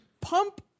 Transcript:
pump